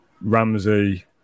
Ramsey